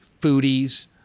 foodies